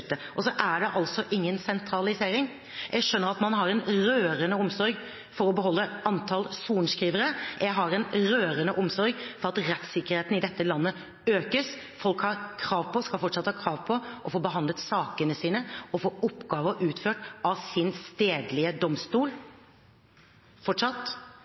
og storting å beslutte. Og så er det altså ingen sentralisering. Jeg skjønner at man har en rørende omsorg for å beholde antall sorenskrivere. Jeg har en rørende omsorg for at rettssikkerheten i dette landet økes. Folk har krav på, og skal fortsatt ha krav på, å få behandlet sakene sine og få oppgaver utført av sin stedlige domstol,